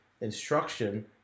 instruction